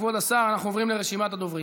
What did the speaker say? כבוד היושב-ראש,